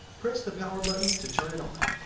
press the power button to turn it on.